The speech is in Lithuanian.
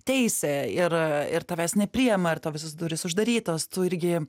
teisia ir ir tavęs nepriima ar tau visos durys uždarytos tu irgi